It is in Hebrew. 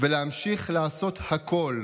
ולהמשיך לעשות הכול,